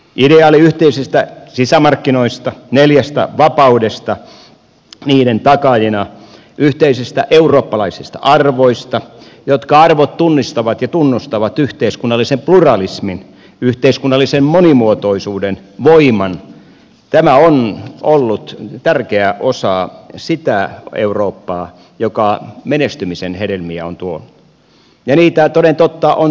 ideaali yhteisistä sisämarkkinoista neljästä vapaudesta niiden takaajina yhteisistä eurooppalaisista arvoista jotka tunnistavat ja tunnustavat yhteiskunnallisen pluralismin yhteiskunnallisen monimuotoisuuden voiman on ollut tärkeä osa sitä eurooppaa joka menestymisen hedelmiä on tuonut ja niitä toden totta se on tuonut